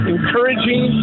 Encouraging